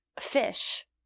fish